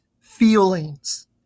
feelings